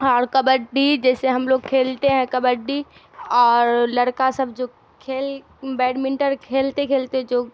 اور کبڈی جیسے ہم لوگ کھیلتے ہیں کبڈی اور لڑکا سب جو کھیل بیڈمنٹن کھیلتے کھیلتے جو